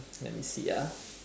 let me see ah